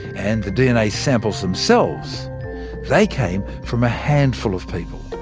and the dna samples themselves they came from a handful of people,